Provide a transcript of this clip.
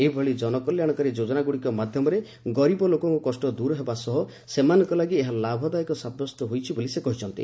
ଏହିଭଳି ଜନକଲ୍ୟାଶକାରୀ ଯୋଜନାଗଡ଼ିକ ମାଧ୍ୟମରେ ଗରିବ ଲୋକଙ୍କ କଷ୍ଟ ଦୂର ହେବା ସହ ସେମାନଙ୍କ ଲାଗି ଏହା ଲାଭଦାୟକ ସାବ୍ୟସ୍ତ ହୋଇଛି ବୋଲି ସେ କହିଛନ୍ତି